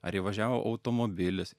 ar įvažiavo automobilis